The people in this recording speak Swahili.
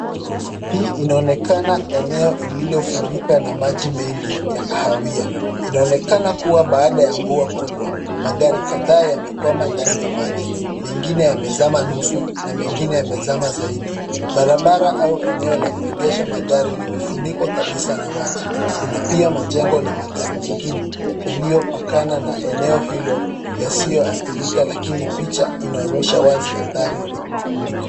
Hii inaonekana eneo ililofurika na maji mengi ya kahawia. Inaonekana kuwa baada ya mvua kubwa magari kadhaa yamekwama ndani ya maji. Mengine yamezama nusu na mengine yamezama zaidi. Barabara au eneo la kuegesha magari limefunikwa kabisa na maji. Kuna pia majengo na magari mengine yaliyopakana na eneo hilo yasiyoathirika lakini picha inaonyesha wazi athari za mafuriko.